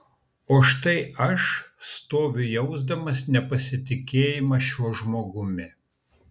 o štai aš stoviu jausdamas nepasitikėjimą šiuo žmogumi